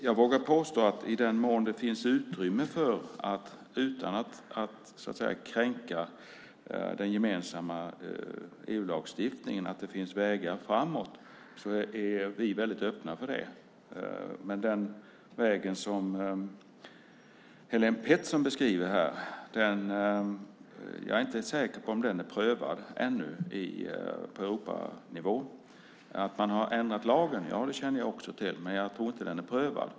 Jag vågar påstå att i den mån det, utan att kränka den gemensamma EU-lagstiftningen, finns vägar framåt är vi väldigt öppna för det. Jag är inte säker på att den väg som Helén Pettersson beskriver här är prövad än på Europanivå. Jag känner också till att lagen har ändrats, men jag tror inte att den är prövad.